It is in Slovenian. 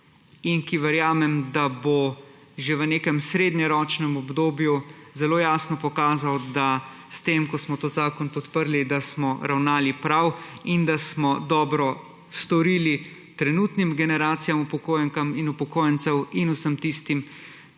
in ki verjamem, da bo že v nekem srednjeročnem obdobju zelo jasno pokazal, da s tem, ko smo ta zakon podprli, da smo ravnali prav in da smo dobro storili trenutnim generacijam upokojenk in upokojencev in vsem tistim,